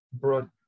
brought